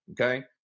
okay